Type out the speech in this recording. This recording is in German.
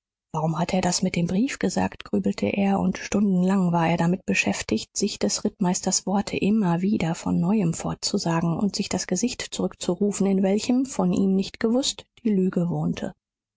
warum hat er das mit dem brief gesagt grübelte er und stundenlang war er damit beschäftigt sich des rittmeisters worte immer wieder von neuem vorzusagen und sich das gesicht zurückzurufen in welchem von ihm nicht gewußt die lüge wohnte